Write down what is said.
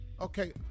Okay